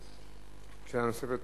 לא.